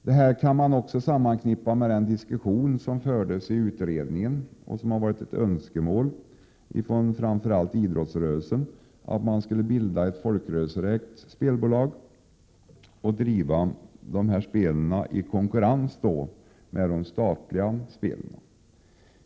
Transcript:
Detta kan man sammankoppla med den diskussion som fördes i utredningen om att man, vilket har varit ett önskemål hos framför allt idrottsrörelsen, skulle bilda ett folkrörelseägt spelbolag och driva spel i konkurrens med de statliga spelen.